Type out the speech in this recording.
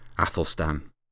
Athelstan